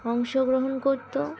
অংশগ্রহণ করতো